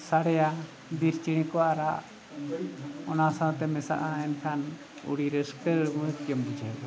ᱥᱟᱲᱮᱭᱟ ᱵᱤᱨ ᱪᱮᱬᱮ ᱠᱚᱣᱟᱜ ᱨᱟᱜ ᱚᱱᱟ ᱥᱟᱶᱛᱮ ᱢᱮᱥᱟᱜᱼᱟ ᱮᱱᱠᱷᱟᱱ ᱟᱹᱰᱤ ᱨᱟᱹᱥᱠᱟᱹ ᱢᱚᱡᱽᱜᱮᱢ ᱵᱩᱡᱷᱟᱹᱣ ᱜᱚᱫᱟ